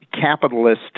capitalist